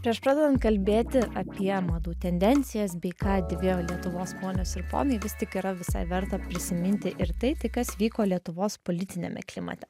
prieš pradedant kalbėti apie madų tendencijas bei ką dėvėjo lietuvos ponios ir ponai vis tik yra visai verta prisiminti ir tai tai kas vyko lietuvos politiniame klimate